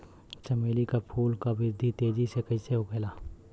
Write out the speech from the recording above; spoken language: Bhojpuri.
चमेली क फूल क वृद्धि तेजी से कईसे होखेला?